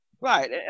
Right